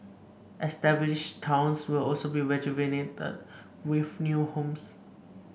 established towns will also be rejuvenated with new homes